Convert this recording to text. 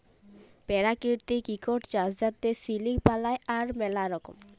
পেরাকিতিক ইকট চাস যাতে সিলিক বালাই, তার ম্যালা রকম